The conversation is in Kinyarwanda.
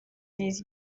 neza